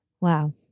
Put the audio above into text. Wow